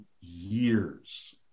years